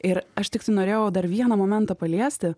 ir aš tiktai norėjau dar vieną momentą paliesti